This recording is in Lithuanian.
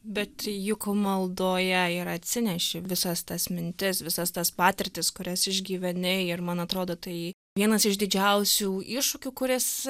bet juk maldoje ir atsineši visas tas mintis visas tas patirtis kurias išgyveni ir man atrodo tai vienas iš didžiausių iššūkių kuris